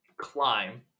climb